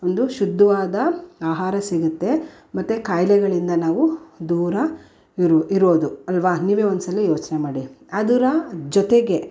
ಒಂದು ಶುದ್ಧವಾದ ಆಹಾರ ಸಿಗುತ್ತೆ ಮತ್ತು ಖಾಯ್ಲೆಗಳಿಂದ ನಾವು ದೂರ ಇರು ಇರೋದು ಅಲ್ಲವಾ ನೀವೇ ಒಂದುಸಲ ಯೋಚನೆ ಮಾಡಿ ಅದರ ಜೊತೆಗೆ